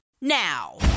now